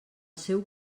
seu